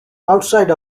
outside